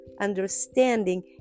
understanding